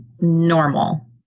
normal